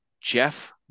Jeff